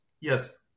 Yes